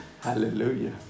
Hallelujah